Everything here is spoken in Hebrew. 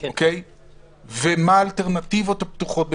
ומה האלטרנטיבות הפתוחות בפניה,